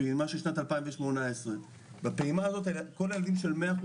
הפעימה של שנת 2018. בפעימה הזאת כל הילדים של 100%,